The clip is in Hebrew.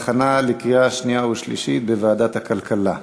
התשע"ד 2014, לוועדת הכלכלה נתקבלה.